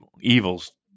evil's